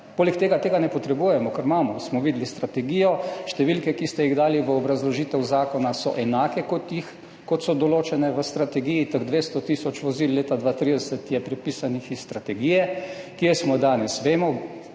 tega tudi ne potrebujemo, ker smo videli strategijo, številke, ki ste jih dali v obrazložitev zakona, so enake, kot so določene v strategiji, teh 200 tisoč vozil do leta 2030 je prepisanih iz strategije. Kje smo danes, vemo,